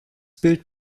bild